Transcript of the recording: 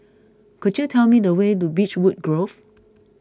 could you tell me the way to Beechwood Grove